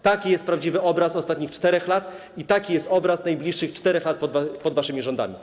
Taki jest prawdziwy obraz ostatnich 4 lat i taki jest obraz najbliższych 4 lat pod waszymi rządami.